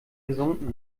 gesunken